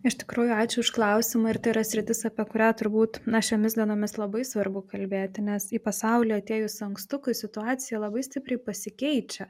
iš tikrųjų ačiū už klausimą ir tai yra sritis apie kurią turbūt na šiomis dienomis labai svarbu kalbėti nes į pasaulį atėjus ankstukui situacija labai stipriai pasikeičia